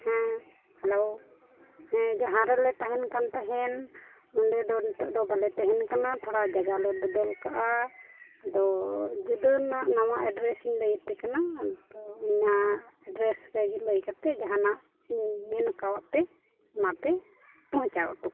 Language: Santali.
ᱦᱮᱸ ᱦᱮᱞᱳ ᱦᱮᱸ ᱡᱟᱦᱟᱸ ᱨᱮᱞᱮ ᱛᱟᱦᱮᱱ ᱠᱟᱱ ᱛᱟᱦᱮᱸᱫ ᱚᱸᱰᱮ ᱫᱚ ᱱᱤᱛᱚᱜ ᱫᱚ ᱵᱟᱞᱮ ᱛᱟᱦᱮᱱ ᱠᱟᱱᱟ ᱛᱷᱚᱲᱟ ᱡᱟᱭᱜᱟ ᱞᱮ ᱵᱚᱫᱚᱞ ᱟᱠᱟᱫᱼᱟ ᱟᱫᱚ ᱡᱩᱫᱟᱹ ᱱᱟᱜ ᱱᱟᱣᱟ ᱮᱰᱨᱮᱥᱤᱧ ᱞᱟᱹᱭ ᱟᱯᱮ ᱠᱟᱱᱟ ᱟᱫᱚ ᱚᱱᱟ ᱮᱰᱨᱮᱥ ᱨᱮ ᱞᱟᱹᱭ ᱠᱟᱛᱮᱫ ᱡᱟᱦᱟᱱᱟᱜ ᱢᱮᱱ ᱟᱠᱟᱫ ᱯᱮ ᱚᱱᱟᱯᱮ ᱯᱳᱸᱪᱷᱟᱣ ᱦᱚᱴᱚ ᱠᱟᱜᱼᱟ